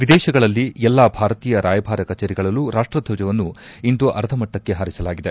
ವಿದೇಶಗಳಲ್ಲಿ ಎಲ್ಲಾ ಭಾರತೀಯ ರಾಯಭಾರ ಕಚೇರಿಗಳಲ್ಲೂ ರಾಷ್ಪದ್ವಜವನ್ನು ಇಂದು ಅರ್ಧಮಟ್ಟಕ್ಕೆ ಹಾರಿಸಲಾಗಿದೆ